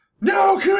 no